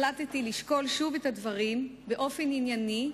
החלטתי לשקול שוב את הדברים באופן ענייני,